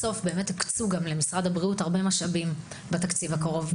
הוקצו למשרד הבריאות בתקציב הקרוב הרבה משאבים.